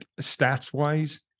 stats-wise